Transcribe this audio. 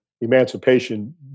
emancipation